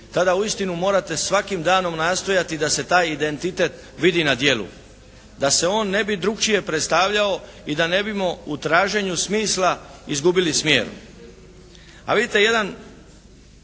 tada uistinu morate svakim danom nastojati da se taj identitet vidi na djelu da se on ne bi drukčije predstavljao i da ne bimo u traženju smisla izgubili smijer. A vidite jedan